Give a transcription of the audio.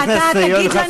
ואתה תגיד לנו,